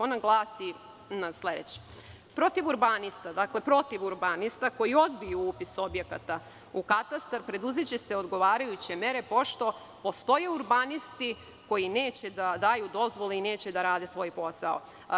Ona glasi – Protiv urbanista koji odbiju upis objekta u katastar, preduzeće se odgovarajuće mere pošto postoje urbanisti koji neće da daju dozvolu i neće da rade svoj posao.